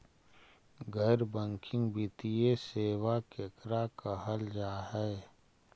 गैर बैंकिंग वित्तीय सेबा केकरा कहल जा है?